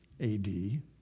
AD